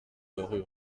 rue